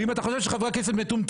אם אתה חושב שחברי הכנסת מטומטמים,